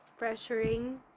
pressuring